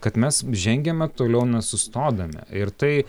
kad mes žengiame toliau nesustodami ir tai